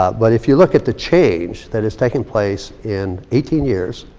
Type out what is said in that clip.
ah but if you look at the change that is taking place in eighteen years.